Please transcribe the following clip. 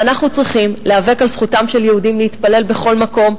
ואנחנו צריכים להיאבק על זכותם של יהודים להתפלל בכל מקום,